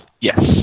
yes